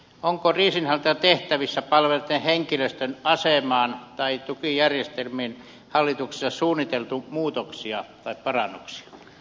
onko kriisinhallintatehtävissä palvelleen henkilöstön asemaan tai tukijärjestelmiin hallituksessa suunniteltu muutoksia tai parannuksia